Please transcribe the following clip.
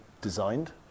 designed